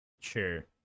sure